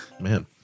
Man